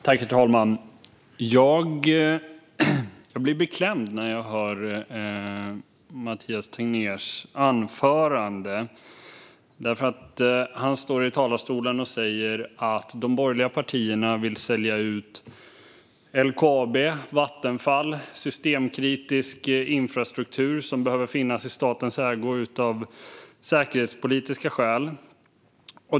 Herr talman! Jag blev beklämd när jag hörde Mathias Tegnérs anförande. Han stod nämligen i talarstolen och sa att de borgerliga partierna vill sälja LKAB, Vattenfall och systemkritisk infrastruktur som behöver finnas i statens ägo av säkerhetspolitiska skäl.